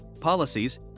policies